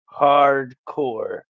Hardcore